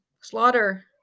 slaughter